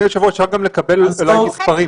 היושב-ראש אפשר גם לקבל אולי מספרים,